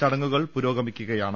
ചടങ്ങുകൾ പുരോഗമി ക്കുകയാണ്